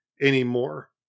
anymore